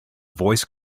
voice